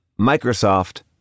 microsoft